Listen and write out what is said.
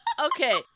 Okay